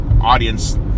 audience